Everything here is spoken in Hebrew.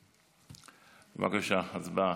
בבקשה, הצבעה.